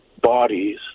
bodies